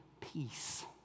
peace